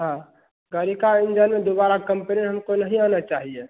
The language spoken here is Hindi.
हाँ गाड़ी के इंजन में दोबारा कम्प्रेन हमको नहीं आना चाहिए